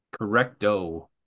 Correcto